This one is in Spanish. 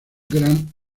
gran